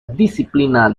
disciplina